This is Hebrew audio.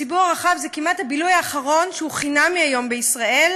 לציבור הרחב זה כמעט הבילוי האחרון שהוא חינמי היום בישראל,